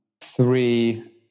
three